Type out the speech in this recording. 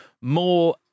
more